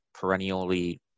perennially –